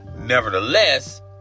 nevertheless